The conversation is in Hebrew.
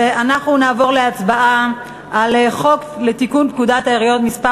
ואנחנו נעבור להצבעה בקריאה שנייה על חוק לתיקון פקודת העיריות (מס'